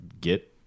get